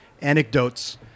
anecdotes